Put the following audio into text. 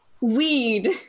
weed